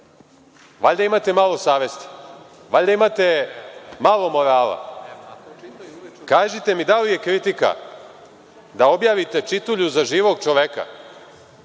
valjda imate malo savesti, valjda imate malo morala, kažite mi, da li je kritika da objavite čitulju za živog čoveka,